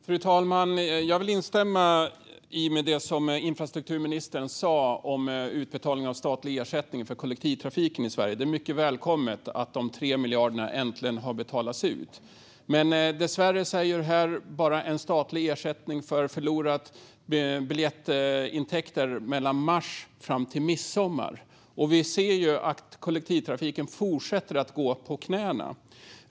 Fru talman! Jag instämmer i det som infrastrukturministern sa om utbetalning av statlig ersättning för kollektivtrafiken i Sverige. Det är mycket välkommet att de 3 miljarderna äntligen har betalats ut. Dessvärre är detta en statlig ersättning för förlorade biljettintäkter som bara gäller för perioden mars till midsommar. Vi ser att kollektivtrafiken fortsätter att gå på knäna.